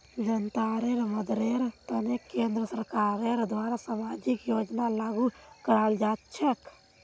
जनतार मददेर तने केंद्र सरकारेर द्वारे सामाजिक योजना लागू कराल जा छेक